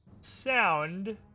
sound